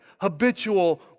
habitual